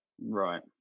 Right